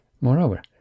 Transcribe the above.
moreover